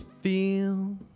feel